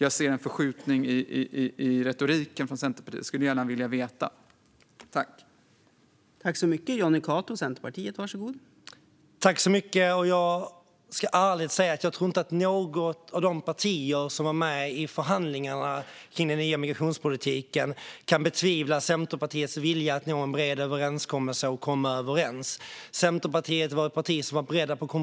Jag ser en förskjutning i retoriken från Centerpartiet och skulle gärna vilja veta detta.